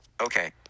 Okay